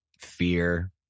fear